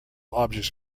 objects